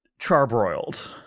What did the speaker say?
charbroiled